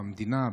במדינה,